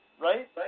right